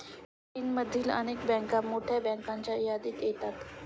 चीनमधील अनेक बँका मोठ्या बँकांच्या यादीत येतात